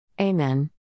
Amen